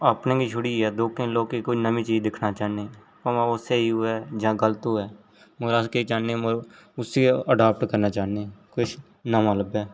अपने गै छुड़ियै दोके लोकें कोई नमीं चीज़ दिक्खना चाह्न्नी भामां ओह् स्हेई होऐ जां गलत होऐ मगर अस केह् चाह्न्ने उसी गै अडॉप्ट करना चाह्न्ने किश नमां लब्भे